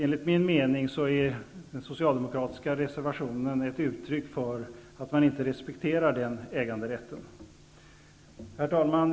Enligt min mening är den socialdemokratiska reservationen ett uttryck för att man inte respekterar den äganderätten. Herr talman!